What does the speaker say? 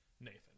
Nathan